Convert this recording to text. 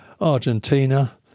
Argentina